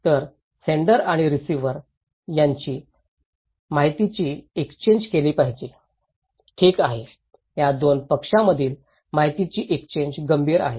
तर सेण्डर आणि रिसिव्हर त्यांनी माहितीची एक्सचेन्ज केली पाहिजे ठीक आहे या दोन पक्षांमधील माहितीची एक्सचेन्ज गंभीर आहे